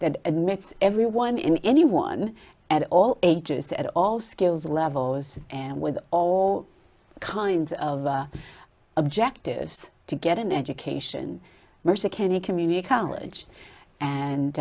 that admits everyone in anyone at all ages at all skills levels and with all kinds of objectives to get an education mercer county community college and